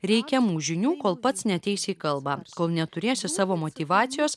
reikiamų žinių kol pats neateisi į kalbą kol neturėsi savo motyvacijos